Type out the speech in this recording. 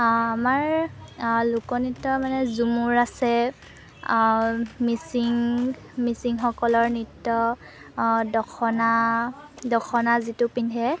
অ' আমাৰ লোকনৃত্য মানে ঝুমুৰ আছে মিচিং মিচিংসকলৰ নৃত্য দখনা দখনা যিটো পিন্ধে